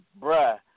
bruh